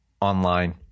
online